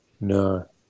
No